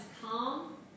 calm